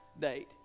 date